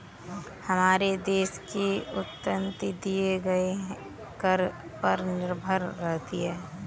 हमारे देश की उन्नति दिए गए कर पर निर्भर करती है